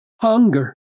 hunger